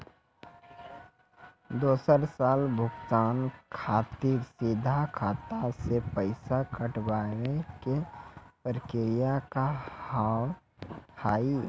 दोसर साल भुगतान खातिर सीधा खाता से पैसा कटवाए के प्रक्रिया का हाव हई?